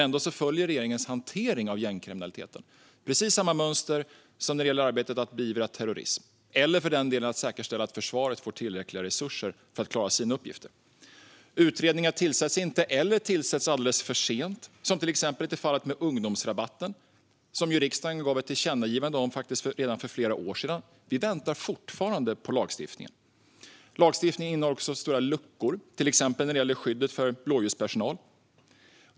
Ändå följer regeringens hantering av gängkriminaliteten precis samma mönster som när det gäller arbetet med att beivra terrorism, eller för den delen när det gäller att säkerställa att försvaret får tillräckliga resurser för att klara sina uppgifter. Utredningar tillsätts inte, eller tillsätts alldeles för sent som till exempel i fallet med ungdomsrabatten. Riksdagen gav ett tillkännagivande om den redan för flera år sedan. Vi väntar fortfarande på lagstiftningen. Lagstiftningen innehåller också stora luckor, till exempel när det gäller skyddet för blåljuspersonal.